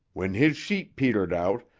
when his sheep petered out,